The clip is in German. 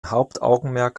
hauptaugenmerk